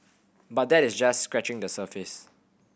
but that is just scratching the surface